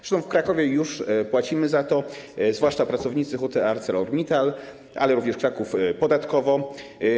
Zresztą w Krakowie już płacimy za to, zwłaszcza pracownicy huty ArcelorMittal, ale również Kraków podatkowo.